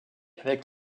avec